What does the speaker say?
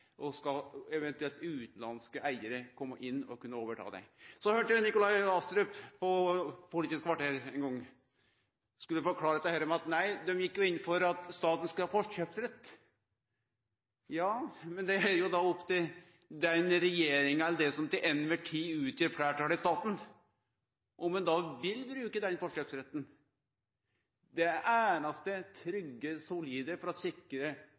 Og skal eventuelt utanlandske eigarar kunne komme inn og overta dei? Ein gong høyrde eg Nikolai Astrup på Politisk kvarter forklare korleis dei gjekk inn for at staten skulle ha forkjøpsrett. Men det er jo opp til regjeringa eller det som til kvar ein tid utgjer fleirtalet i staten, om ein vil bruke den forkjøpsretten. Det einaste trygge og solide for å sikre